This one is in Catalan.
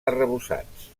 arrebossats